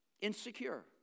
Insecure